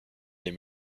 les